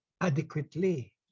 adequately